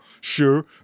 sure